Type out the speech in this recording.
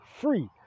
free